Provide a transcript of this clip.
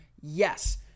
Yes